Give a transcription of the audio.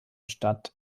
statt